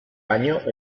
baino